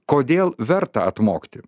kodėl verta atmokti